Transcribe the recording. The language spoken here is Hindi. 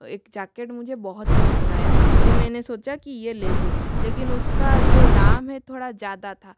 एक जाकेट मुझे बहुत पसंद आया तो मैंने सोचा कि यह ले लूँ लेकिन उसका जो दाम है थोड़ा ज़्यादा था